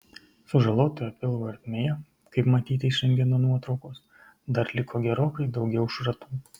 sužalotoje pilvo ertmėje kaip matyti iš rentgeno nuotraukos dar liko gerokai daugiau šratų